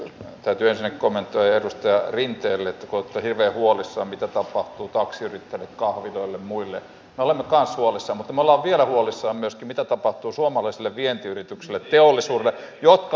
nyt täytyy huomioida myös se että hallitus kuitenkin ajaa eteenpäin tätä historiallista sote uudistusta näitten ikävien leikkausten rinnalla ja se uudistus on ihan keskeinen asia palveluiden saatavuuden ja laadun varmistamisessa koska nyt tuodaan demokraattinen päätöksentekorakenne